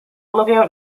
lookout